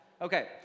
Okay